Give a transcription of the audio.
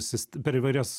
sist per įvairias